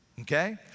Okay